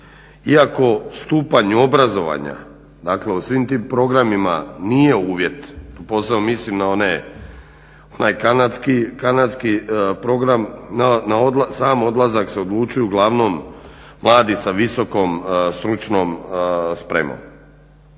iako stupanj obrazovanja, dakle u svim tim programima nije uvjet. Tu posebno mislim na onaj kanadski program na sam odlazak se odlučuju uglavnom mladi sa visokom stručnom spremom.